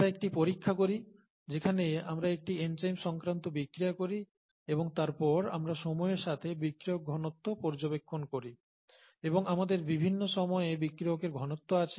আমরা একটি পরীক্ষা করি যেখানে আমরা একটি এনজাইম সংক্রান্ত বিক্রিয়া করি এবং তারপর আমরা সময়ের সাথে বিক্রিয়কের ঘনত্ব পর্যবেক্ষণ করি এবং আমাদের বিভিন্ন সময়ে বিক্রিয়কের ঘনত্ব আছে